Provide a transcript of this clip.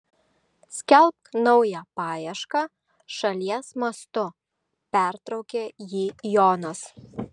skelbk naują paiešką šalies mastu pertraukė jį jonas